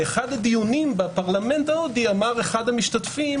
באחד הדיונים בפרלמנט ההודי אמר אחד המשתתפים